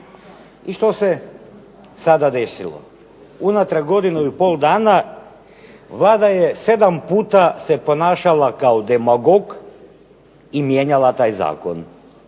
I što se sada desilo? Unatrag godinu i pol dana Vlada je sedam puta se ponašala kao demagog i mijenjala taj zakon.